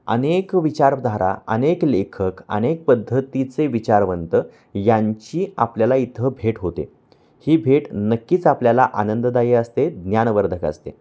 अनेक विचारधारा अनेक लेखक अनेक पद्धतीचे विचारवंत यांची आपल्याला इथं भेट होते ही भेट नक्कीच आपल्याला आनंददायी असते ज्ञानवर्धक असते